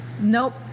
nope